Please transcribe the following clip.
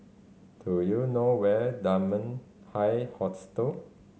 do you know where Dunman High Hostel